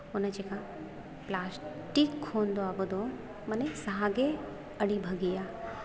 ᱚᱱᱟ ᱪᱤᱠᱟᱹ ᱯᱞᱟᱥᱴᱤᱠ ᱠᱷᱚᱱ ᱫᱚ ᱟᱵᱚᱫᱚ ᱢᱟᱱᱮ ᱥᱟᱦᱟᱜᱮ ᱟᱹᱰᱤ ᱵᱷᱟᱹᱜᱤᱭᱟ